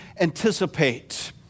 anticipate